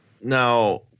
Now